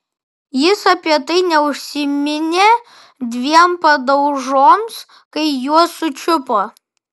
jis apie tai neužsiminė dviem padaužoms kai juos sučiupo